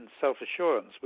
self-assurance